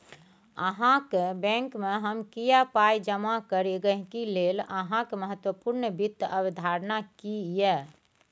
अहाँक बैंकमे हम किएक पाय जमा करी गहिंकी लेल अहाँक महत्वपूर्ण वित्त अवधारणा की यै?